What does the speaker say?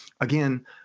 again